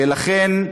ולכן,